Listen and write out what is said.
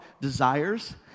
desires